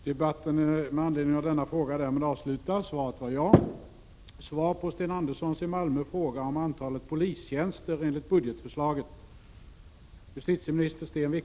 I syfte att bekämpa narkotikabrottslighet, ekonomisk brottslighet och våldsbrottslighet skriver justitieministern i budgetförslaget för 1987/88 att sammanlagt 70 nya polistjänster kommer att inrättas.